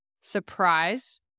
surprise